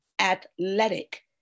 athletic